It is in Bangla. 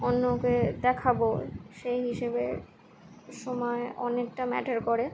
অন্যকে দেখাব সেই হিসেবে সময় অনেকটা ম্যাটার করে